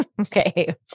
Okay